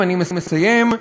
אני מסיים,